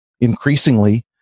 increasingly